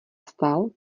vstal